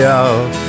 out